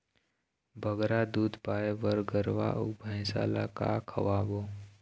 बगरा दूध पाए बर गरवा अऊ भैंसा ला का खवाबो?